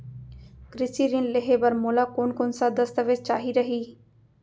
कृषि ऋण लेहे बर मोला कोन कोन स दस्तावेज चाही रही?